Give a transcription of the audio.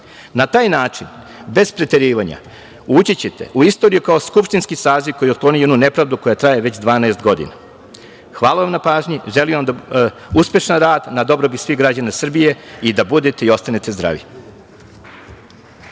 taj način, bez preterivanja, ući ćete u istoriju kao skupštinski saziv koji je otklonio jednu nepravdu koja traje već 12 godina. Hvala vam na pažnji. Želim vam uspešan rad na dobrobit svih građana Srbije i da budete i ostanete zdravi.